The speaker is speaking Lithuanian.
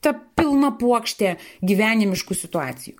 ta pilna puokštė gyvenimiškų situacijų